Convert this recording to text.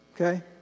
Okay